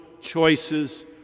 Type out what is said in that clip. choices